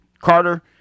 Carter